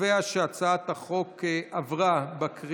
אני קובע שהצעתו של חבר הכנסת גלעד